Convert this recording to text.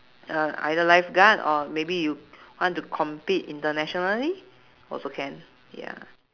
uh either lifeguard or maybe you want to compete internationally also can ya